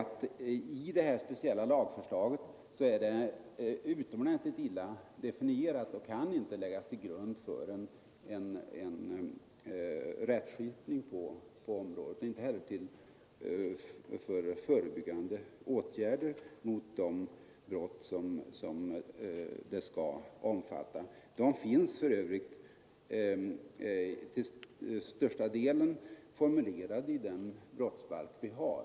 Men i det här speciella lagförslaget förekommer utomordentligt vaga formuleringar när det gäller definitioner, bevisföring etc., och det kan inte läggas till grund för en rättsskipning på området och inte heller för förebyggande åtgärder mot de brott som det skall omfatta. Grunderna för ingripanden finns för övrigt till största delen redan formulerade i den brottsbalk vi har.